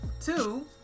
two